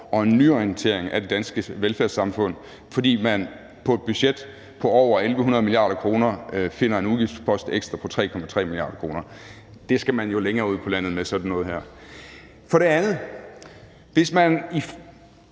og en nyorientering af det danske velfærdssamfund, altså fordi man på et budget på over 1.100 mia. kr. finder en udgiftspost ekstra på 3,3 mia. kr. Sådan noget skal man jo længere ud på landet med. Dernæst: Hvis man i